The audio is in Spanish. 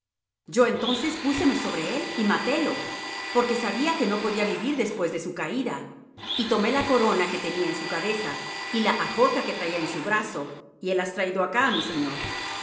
yo entonces púseme sobre él y matélo porque sabía que no podía vivir después de su caída y tomé la corona que tenía en su cabeza y la ajorca que traía en su brazo y helas traído acá á mi señor